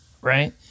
Right